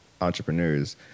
entrepreneurs